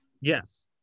Yes